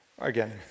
Again